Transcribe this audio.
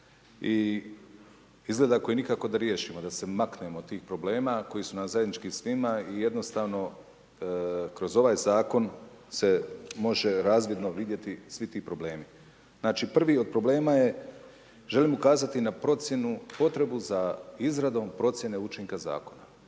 i izgleda koji nikako da riješimo, da se maknemo od tih problema koji su nam zajednički svima i jednostavno kroz ovaj zakon sve može razvidno vidjeti svi ti problemi. Znači prvi od problema je, želim ukazati na procjenu, potrebu za izradom procjene učinka zakona.